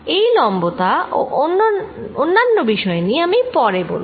এই লম্বতার ও অন্যান্য বিষয়ে আমি পরে বলব